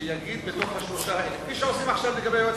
שיגידו: בתוך השלושה האלה,